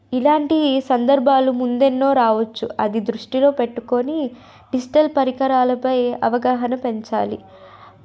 ఇలాంటి సందర్భాలు ముందెన్నో రావచ్చు అది దృష్టిలో పెట్టుకొని డిజిటల్ పరికరాలపై అవగాహన పెంచాలి